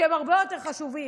שהם הרבה יותר חשובים.